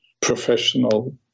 professional